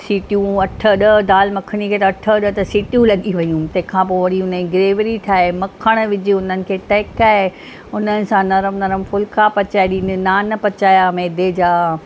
सीटियूं अठ ॾह दाल मखनीअ खे त अठ ॾह त सीटियूं लॻी वेयूं तंहिं खा पोइ वरी हुन जी ग्रेवरी ठाहे मखण विझु हुननि खे टहिकाए हुन सां नरम नरम फ़ुलका पचाए ॾिना नान पचाया मैदे जा